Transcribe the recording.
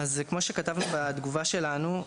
כמו שכתבנו בתגובה שלנו,